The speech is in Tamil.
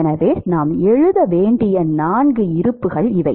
எனவே நாம் எழுத வேண்டிய நான்கு இருப்புக்கள் இவை